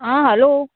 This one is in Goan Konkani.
आं हलो